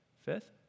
Fifth